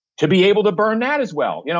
to be able to burn that as well. you know